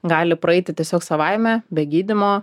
gali praeiti tiesiog savaime be gydymo